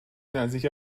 نزدیک